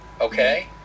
Okay